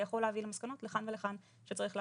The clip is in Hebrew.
זה יכול להוביל למסקנות לכאן ולכאן - שצריך להגדיל,